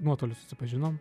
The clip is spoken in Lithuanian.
nuotoliu susipažinom